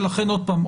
ולכן עוד פעם,